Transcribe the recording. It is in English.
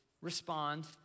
respond